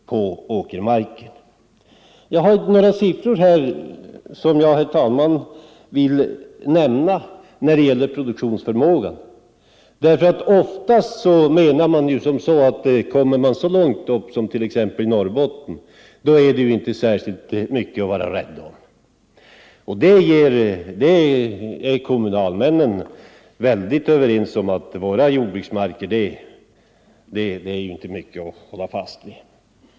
Jag har här några siffror som gäller produktionsförmågan och som jag, herr talman, vill nämna. Oftast menar folk, att kommer man så långt upp som till Norrbotten, är väl jorden inte särskilt mycket att vara rädd om. Även kommunalmännen där uppe är överens om att våra jordbruksmarker inte är mycket att hålla fast vid.